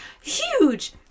huge